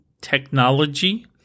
technology